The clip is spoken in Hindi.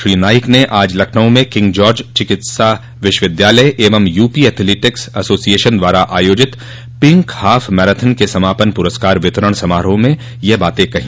श्री नाईक ने आज लखनऊ में किंग जार्ज चिकित्सा विश्वविद्यालय एवं यू पी एथलेटिक्स एसोसियेशन द्वारा आयोजित पिंक हाफ मैराथन के समापन प्रस्कार वितरण समारोह में ये बात कही